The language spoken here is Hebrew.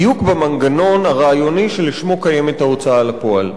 בדיוק במנגנון הרעיוני שלשמו קיימת ההוצאה לפועל.